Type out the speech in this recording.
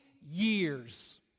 years